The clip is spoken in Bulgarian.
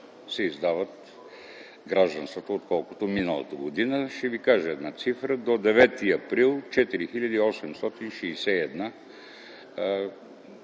се издава гражданството, отколкото миналата година. Ще ви кажа една цифра – до 9 април 4861